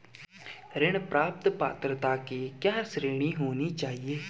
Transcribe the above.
ऋण प्राप्त पात्रता की क्या श्रेणी होनी चाहिए?